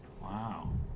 Wow